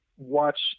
watch